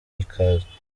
ikaze